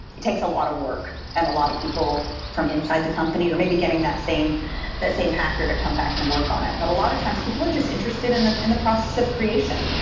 it takes a lot of work and a lot of people from inside the company or maybe getting that same that same hacker to come back and work on it. but a lot of times, people are just interested in the in the process of creation.